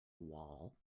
wall